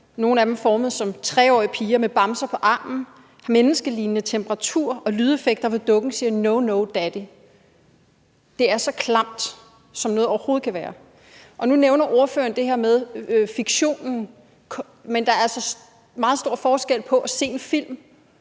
sexdukker er formet som 3-årige piger med bamser på armen, har menneskelignende temperatur og har lydeffekter, hvor dukken siger: No, no, daddy. Det er så klamt, som noget overhovedet kan være. Nu nævner ordføreren det her med fiktion, men der er altså meget stor forskel på at se en film